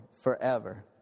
forever